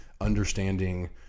understanding